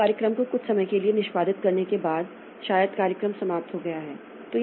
अब कार्यक्रम को कुछ समय के लिए निष्पादित करने के बाद शायद कार्यक्रम समाप्त हो गया है